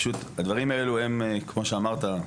פשוט הדברים האלו הם כמו שאמרת,